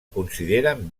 consideren